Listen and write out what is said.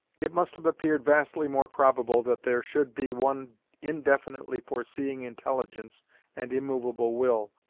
it must have appeared vastly more probable that there should be one indefinitely foreseeing intelligence and immovable will,